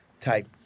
type